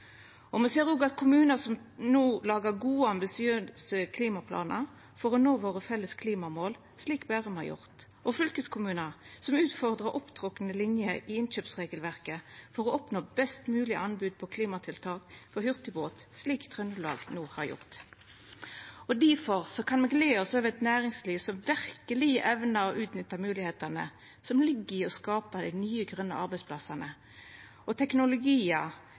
Me ser kommunar som lagar gode og ambisiøse klimaplanar for å nå våre felles klimamål, slik Bærum har gjort. Og me ser fylkeskommunar som utfordrar opptrekte linjer i innkjøpsregelverket for å oppnå best mogleg anbod på klimatiltak for hurtigbåt, slik Trøndelag no har gjort. Difor kan me gle oss over eit næringsliv som verkeleg evnar å utnytta moglegheitene som ligg i å skapa dei nye grøne arbeidsplassane, og teknologiar